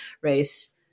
race